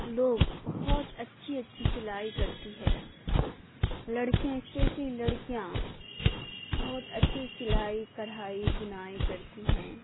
لوگ بہت اچھی اچھی سلائی کرتے ہیں لڑکیاں اسپیشلی لڑکیاں بہت اچھی سلائی کڑھائی بنائی کرتی ہیں